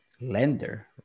lender